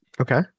Okay